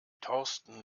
thorsten